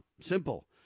simple